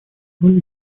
роль